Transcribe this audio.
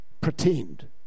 Pretend